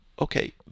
okay